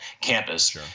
campus